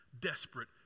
desperate